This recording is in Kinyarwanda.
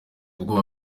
ubwoba